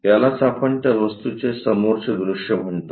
यालाच आपण त्या वस्तूचे समोरचे दृश्य म्हणतो